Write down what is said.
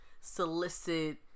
solicit